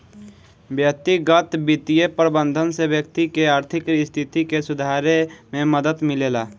व्यक्तिगत बित्तीय प्रबंधन से व्यक्ति के आर्थिक स्थिति के सुधारे में मदद मिलेला